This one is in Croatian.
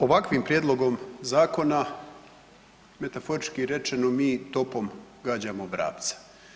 Ovakvim Prijedlogom zakona metaforički rečeno mi topom gađamo vrapca.